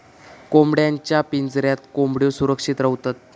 कोंबड्यांच्या पिंजऱ्यात कोंबड्यो सुरक्षित रव्हतत